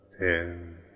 ten